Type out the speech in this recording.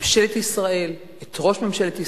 ממשלת ישראל, את ראש ממשלת ישראל,